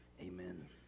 Amen